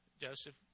Joseph